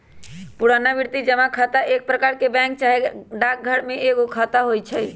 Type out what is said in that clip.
पुरनावृति जमा खता एक प्रकार के बैंक चाहे डाकघर में एगो खता होइ छइ